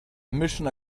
mission